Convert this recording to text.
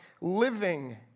living